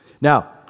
Now